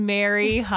Mary